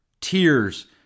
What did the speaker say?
tears